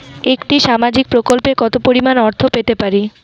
একটি সামাজিক প্রকল্পে কতো পরিমাণ অর্থ পেতে পারি?